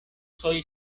soy